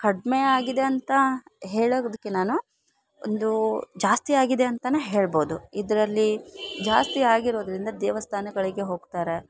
ಕಡಿಮೆ ಆಗಿದೆ ಅಂತ ಹೇಳೋದ್ಕಿನನು ಒಂದೂ ಜಾಸ್ತಿ ಆಗಿದೆ ಅಂತನೆ ಹೇಳ್ಬೋದು ಇದರಲ್ಲಿ ಜಾಸ್ತಿ ಆಗಿರೋದರಿಂದ ದೇವಸ್ಥಾನಗಳಿಗೆ ಹೋಗ್ತಾರೆ